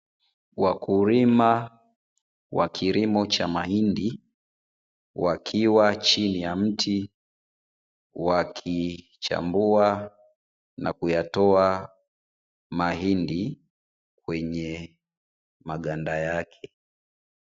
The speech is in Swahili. Wakulima wa kilimo cha mahindi wakiwa chini ya mti, wakichambua na kuyatoa mahindi kwenye maganda yake.